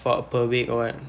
what per week or what